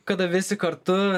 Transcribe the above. kada visi kartu